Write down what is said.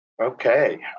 Okay